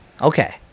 Okay